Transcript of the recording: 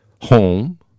home